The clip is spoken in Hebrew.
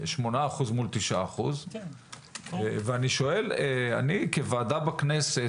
8% מול 9%. אני כוועדה בכנסת,